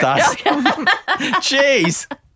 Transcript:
Jeez